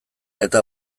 eta